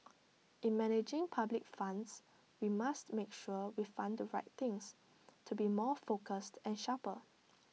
in managing public funds we must make sure we fund the right things to be more focused and sharper